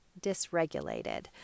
dysregulated